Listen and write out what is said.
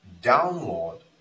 download